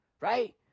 right